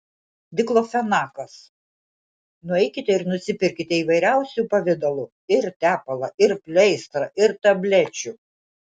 diklofenakas nueikite ir nusipirkite įvairiausių pavidalų ir tepalą ir pleistrą ir tablečių